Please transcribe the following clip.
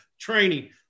training